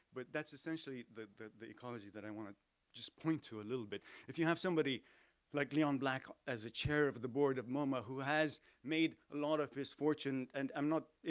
but that's essentially the the ecology that i want to just point to a little bit, if you have somebody like leon black as a chair of the board of moma, who has made a lot of his fortune, and i'm not,